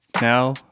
Now